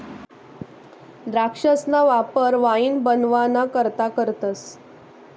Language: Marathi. द्राक्षसना वापर वाईन बनवाना करता करतस